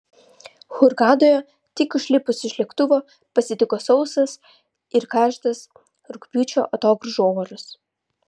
hurgadoje tik išlipus iš lėktuvo pasitiko sausas ir karštas rugpjūčio atogrąžų oras